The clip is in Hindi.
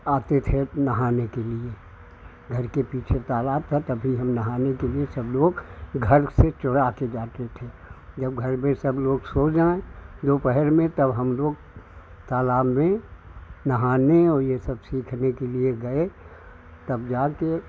आते थे नहाने के लिए घर के पीछे तालाब था तभी हम नहाने के लिए सब लोग घर से चुराकर जाते थे जब घर में सब लोग सो जाएँ दोपहर में तब हम लोग तालाब में नहाने और यह सब सीखने के लिए गए तब जाकर